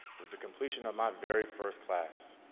with the completion of my very first class,